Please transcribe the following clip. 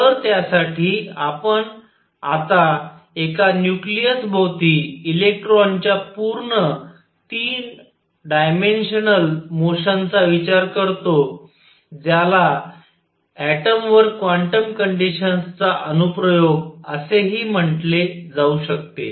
तर त्यासाठी आता आपण एका न्यूक्लिअस भोवती इलेक्ट्रॉनच्या पूर्ण 3 डायमेन्शनल मोशनचा विचार करतो ज्याला ऍटमवर क्वांटम कंडिशन्स चा अनुप्रयोग असेही म्हटले जाऊ शकते